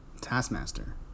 Taskmaster